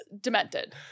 demented